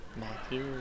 Matthew